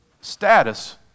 status